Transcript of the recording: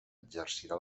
exercirà